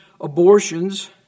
abortions